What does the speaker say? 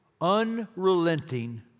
unrelenting